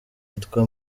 yitwa